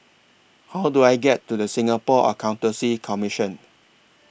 How Do I get to The Singapore Accountancy Commission